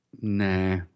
Nah